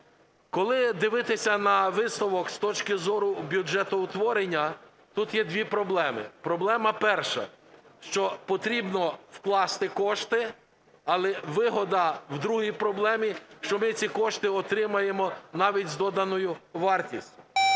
Коли дивитися на висновок з точки зору бюджетоутворення, тут є дві проблеми. Проблема перша – що потрібно вкласти кошти. Але вигода в другій проблемі – що ми ці кошти отримаємо навіть з доданою вартістю.